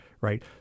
right